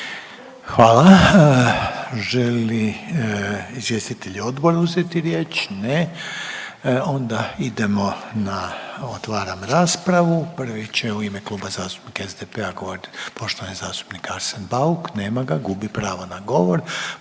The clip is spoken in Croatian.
Hvala. Žele li izvjestitelji odbora uzeti riječ? Ne. Onda idemo na, otvaram raspravu. Prvi će u ime Kluba zastupnika SDP-a govoriti poštovani zastupnik Arsen Bauk. Nema ga, gubi pravo na govor.